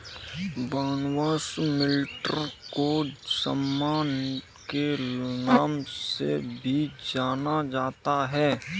barnyard millet को सांवा के नाम से भी जाना जाता है